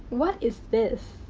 what is this?